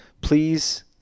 please